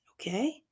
Okay